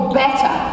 better